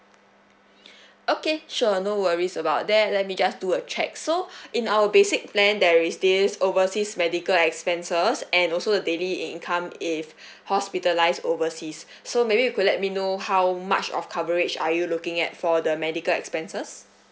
okay sure no worries about that let me just do a check so in our basic plan there is this overseas medical expenses and also a daily income if hospitalized overseas so maybe you could let me know how much of coverage are you looking at for the medical expenses